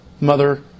mother